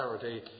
charity